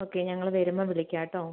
okay ഞങ്ങൾ വരുമ്പം വിളിക്കാട്ടോ